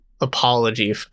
apology